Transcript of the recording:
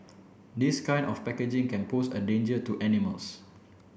this kind of packaging can pose a danger to animals